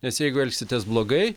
nes jeigu elgsitės blogai